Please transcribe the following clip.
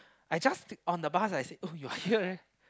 I just sit on the bus I said oh you are here